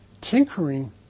tinkering